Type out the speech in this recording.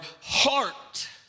heart